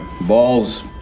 balls